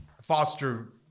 Foster